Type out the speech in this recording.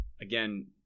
again